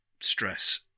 stress